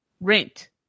rent